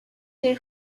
their